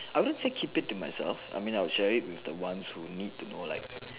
I wouldn't say keep it to myself I mean I would share with the ones who need to know